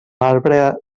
arbre